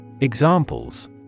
Examples